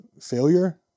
failure